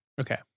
okay